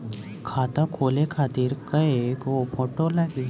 खाता खोले खातिर कय गो फोटो लागी?